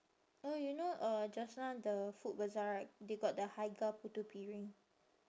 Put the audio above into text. oh you know uh just now the food bazaar right they got the haig putu piring